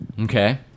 Okay